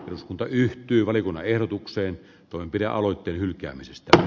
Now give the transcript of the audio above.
eduskunta yhtyi valitun ehdotuksen toimenpidealoitteen hylkäämisestä